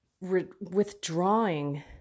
withdrawing